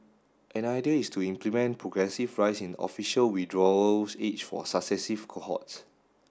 an idea is to implement progressive rise in official withdrawals age for successive cohorts